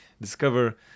discover